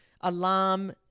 alarm